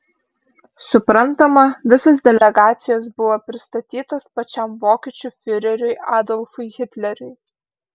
suprantama visos delegacijos buvo pristatytos pačiam vokiečių fiureriui adolfui hitleriui